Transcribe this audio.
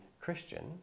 Christian